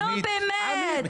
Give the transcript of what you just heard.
נו באמת,